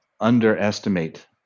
underestimate